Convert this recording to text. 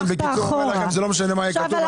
בקיצור, לא משנה מה יהיה כתוב.